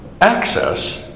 access